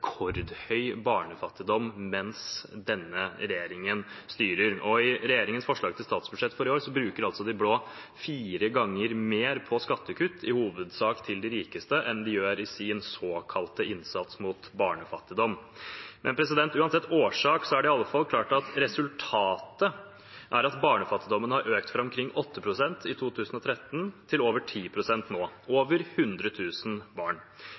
rekordhøy barnefattigdom mens denne regjeringen styrer. I regjeringens forslag til statsbudsjett bruker de blå fire ganger mer på skattekutt, i hovedsak til de rikeste, enn de gjør i sin såkalte innsats mot barnefattigdom. Uansett årsak er det i alle fall klart at resultatet er at barnefattigdommen har økt fra omkring 8 pst. i 2013 til over 10 pst. nå. Det er over 100 000 barn.